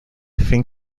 think